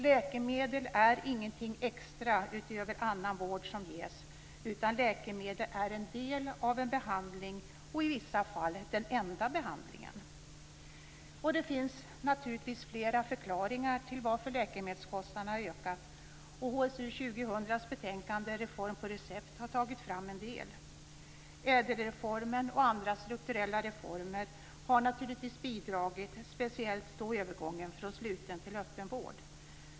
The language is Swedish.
Läkemedel är ingenting extra utöver annan vård som ges, utan läkemedel är en del av en behandling och i vissa fall den enda behandlingen. Det finns naturligtvis flera förklaringar till att läkemedelskostnaderna har ökat, och i betänkandet från HSU 2000, Reform på recept, har tagits fram en del. Ädelreformen och andra strukturella reformer har naturligtvis bidragit, speciellt då övergången från sluten till öppen vård.